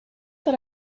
that